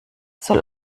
soll